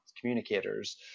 communicators